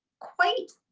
quite